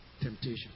Temptation